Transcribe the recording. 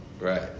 Right